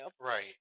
Right